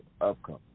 Upcoming